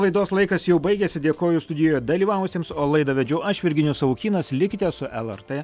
laidos laikas jau baigėsi dėkoju studijoje dalyvavusiems o laidą vedžiau aš virginijus savukynas likite su lrt